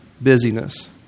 Busyness